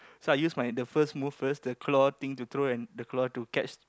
so I use my the first move first the claw thing to throw and the claw to catch